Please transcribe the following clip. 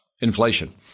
Inflation